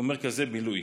ומרכזי בילוי,